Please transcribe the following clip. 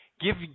Give